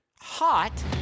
hot